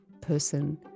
person